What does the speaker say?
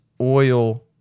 oil